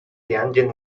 tianjin